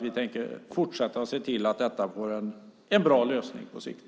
Vi tänker fortsätta att se till att detta får en bra lösning på sikt.